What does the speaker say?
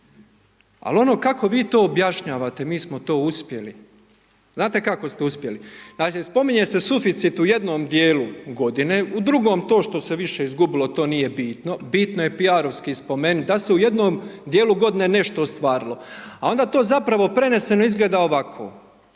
Ali ono kako vi to objašnjavate, mi smo to uspjeli, znate kako smo uspjeli. Znači spominje se suficit u jednom dijelu godine, u drugom to što se više izgubilo, to nije bitno, bitno je P.R. spomenuti da se u jednom dijelu g. nešto ostvarilo. A onda to zapravo preneseno izgleda ovako,